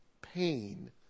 pain